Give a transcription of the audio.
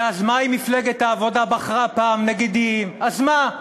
ואז מה אם מפלגת העבודה בחרה פעם נגידים, אז מה?